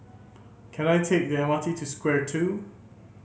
can I take the M R T to Square Two